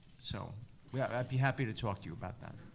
so yeah but i'd be happy to talk to you about that.